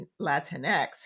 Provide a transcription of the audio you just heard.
Latinx